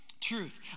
truth